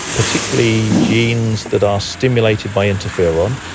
particularly genes that are stimulated by interferon,